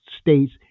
states